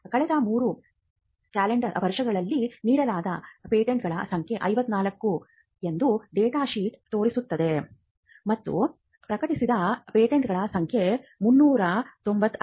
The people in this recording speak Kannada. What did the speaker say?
ಕಳೆದ 3 ಕ್ಯಾಲೆಂಡರ್ ವರ್ಷಗಳಲ್ಲಿ ನೀಡಲಾದ ಪೇಟೆಂಟ್ಗಳ ಸಂಖ್ಯೆ 54 ಎಂದು ಡೇಟಾ ಶೀಟ್ ತೋರಿಸುತ್ತದೆ ಮತ್ತು ಪ್ರಕಟಿತ ಪೇಟೆಂಟ್ಗಳ ಸಂಖ್ಯೆ 395